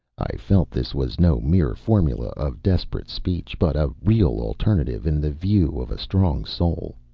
i felt this was no mere formula of desperate speech, but a real alternative in the view of a strong soul.